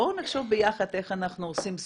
בואו נחשוב ביחד איך אנחנו עושים סוויץ'